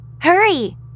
Hurry